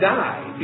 die